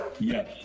Yes